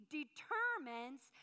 determines